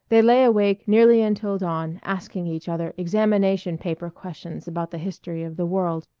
they lay awake nearly until dawn asking each other examination-paper questions about the history of the world.